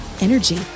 energy